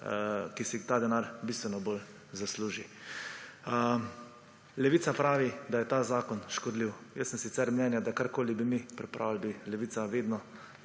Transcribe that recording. ki si ta denar bistveno bolj zasluži. Levica pravi, da je ta zakon škodljiv. Jaz sem sicer mnenja, da karkoli bi mi pripravili, bi Levica vedno